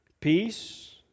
peace